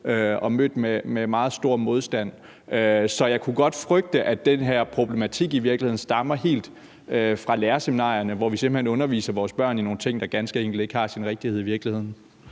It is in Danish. og mødt med meget stor modstand. Så jeg kunne godt frygte, at den her problematik i virkeligheden stammer helt fra lærerseminarierne, hvor vi simpelt hen underviser vores børn i nogle ting, der ganske enkelt ikke har sin rigtighed i virkeligheden.